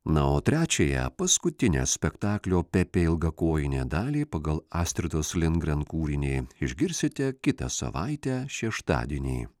na o trečiąją paskutinę spektaklio pepė ilgakojinė dalį pagal astridos lindgren kūrinį išgirsite kitą savaitę šeštadienį